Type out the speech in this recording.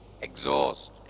exhaust